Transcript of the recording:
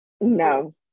no